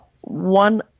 one